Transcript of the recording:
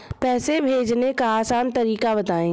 पैसे भेजने का आसान तरीका बताए?